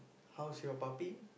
how's your puppy